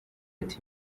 ati